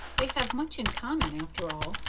they have much in common, after all,